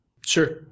Sure